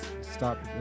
stop